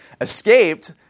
escaped